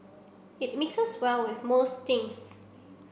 it mixes well with most things